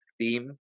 theme